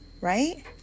right